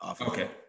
okay